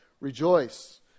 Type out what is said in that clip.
Rejoice